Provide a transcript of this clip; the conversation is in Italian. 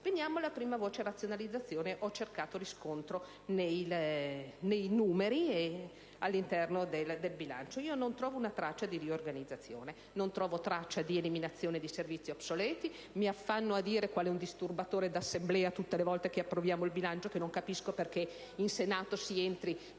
Veniamo alla prima voce: razionalizzazione. Ho cercato riscontro nei numeri e all'interno del bilancio: io non trovo una traccia di riorganizzazione. Non trovo traccia di eliminazione di servizi obsoleti, e mi affanno a dire, quale disturbatore di Assemblea, tutte le volte che approviamo il bilancio, che non capisco perché in Senato si entri